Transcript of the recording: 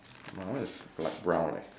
my one is like brown leh